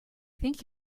think